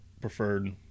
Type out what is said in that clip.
preferred